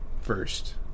first